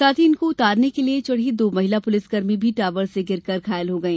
साथ ही इनको उतारने के लिये चढ़ी दो महिला पुलिसकर्मी भी टॉवर से गिरकर घायल हो गई